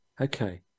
okay